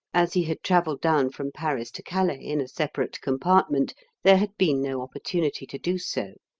as he had travelled down from paris to calais in a separate compartment there had been no opportunity to do so.